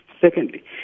Secondly